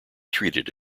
treated